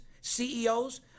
CEOs